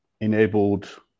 enabled